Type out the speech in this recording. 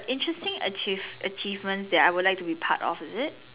interesting achieve achievements that I would like to be part of is it